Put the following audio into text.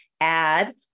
add